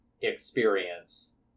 experience